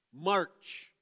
march